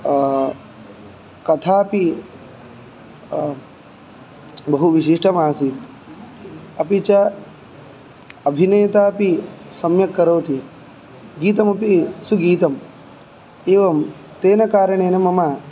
कथापि बहु विशिष्टमासीत् अपि च अभिनेतापि सम्यक्करोति गीतमपि सुगीतं एवं तेन कारणेन मम